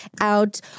out